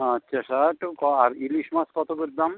আচ্চা সব একটু কম আর ইলিশ মাছ কতো করে দাম